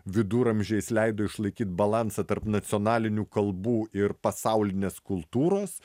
viduramžiais leido išlaikyt balansą tarp nacionalinių kalbų ir pasaulinės kultūros